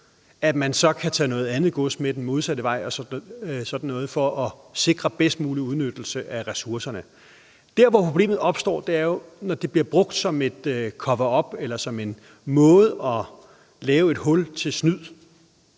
gods, kan tage noget andet gods med den modsatte vej for at sikre bedst mulig udnyttelse af ressourcerne. Der, hvor problemet opstår, er, når det bliver brugt som et coverup eller som en måde at lave et hul til snyd;